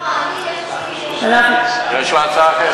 לא, יש לי הצעה.